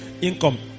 income